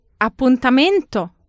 Appuntamento